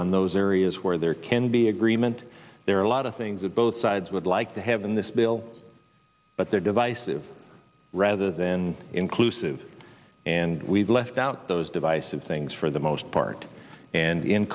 on those areas where there can be agreement there are a lot of things that both sides would like to have in this bill but they're divisive rather than inclusive and we've left out those divisive things for the most part and in